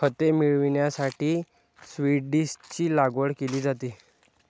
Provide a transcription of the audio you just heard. खते मिळविण्यासाठी सीव्हीड्सची लागवड केली जाते